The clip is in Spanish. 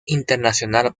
internacional